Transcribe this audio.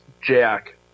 Jack